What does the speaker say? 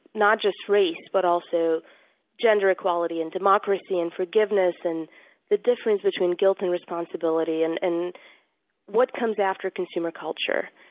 not just race, but also gender equality, and democracy, and forgiveness, and the difference between guilt and responsibility, and and what comes after consumer culture.